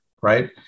Right